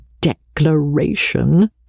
declaration